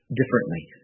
differently